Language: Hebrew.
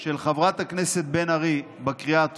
של חברת הכנסת בן ארי בקריאה הטרומית,